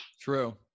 True